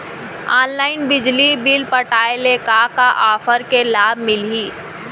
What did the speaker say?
Online बिजली bill पटाय ले का का ऑफ़र के लाभ मिलही?